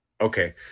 okay